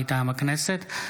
מטעם הכנסת,